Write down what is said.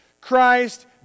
Christ